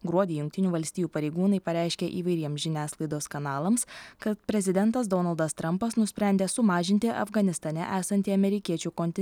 gruodį jungtinių valstijų pareigūnai pareiškė įvairiems žiniasklaidos kanalams kad prezidentas donaldas trumpas nusprendė sumažinti afganistane esantį amerikiečių kontin